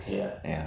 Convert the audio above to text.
y